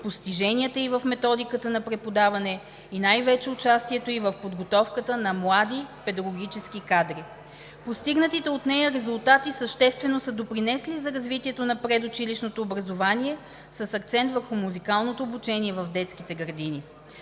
постиженията ѝ в методиката на преподаване и най-вече за участието ѝ в подготовката на млади педагогически кадри. Постигнатите от нея резултати съществено са допринесли за развитието на предучилищното образование с акцент върху музикалното обучение в детските градини.